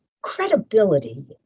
Credibility